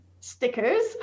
stickers